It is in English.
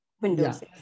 windows